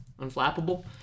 unflappable